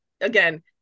Again